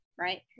right